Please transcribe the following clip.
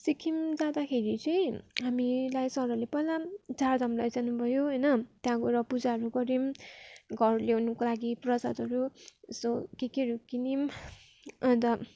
सिक्किम जाँदाखेरि चाहिँ हामीलाई सरहरूले पहिला चारधाम लैजाउनु भयो होइन त्यहाँ गएर पूजाहरू गर्यौँ घर ल्याउनुको लागि प्रसादहरू यसो के केहरू किन्यौँ अन्त